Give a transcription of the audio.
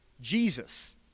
jesus